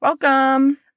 Welcome